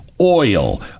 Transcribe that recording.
oil